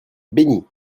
bénit